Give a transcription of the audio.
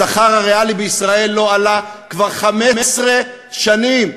השכר הריאלי בישראל לא עלה כבר 15 שנים.